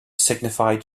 signified